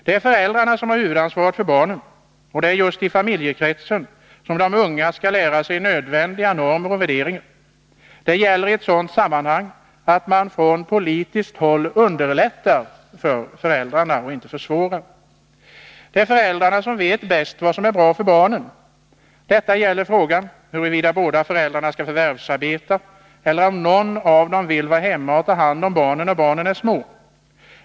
Det är föräldrarna som har huvudansvaret för barnen, och det är just i familjekretsen som de unga skall lära sig nödvändiga normer och värderingar. Det gäller i ett sådant sammanhang att man från politiskt håll underlättar för föräldrarna och inte försvårar för dem. Det är föräldrarna som bäst vet vad som är bra för barnen. Detta gäller frågan huruvida båda föräldrarna skall förvärvsarbeta eller om någon av dem vill vara hemma och ta hand om barnen då barnen är små.